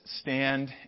stand